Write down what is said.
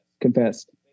Confessed